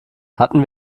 hatten